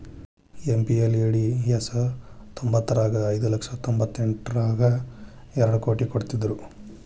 MPLADS ತ್ತೊಂಬತ್ಮುರ್ರಗ ಐದು ಲಕ್ಷ ತೊಂಬತ್ತೆಂಟರಗಾ ಎರಡ್ ಕೋಟಿ ಕೊಡ್ತ್ತಿದ್ರು